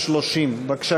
בקריאה